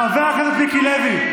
חבר הכנסת מיקי לוי,